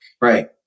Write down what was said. Right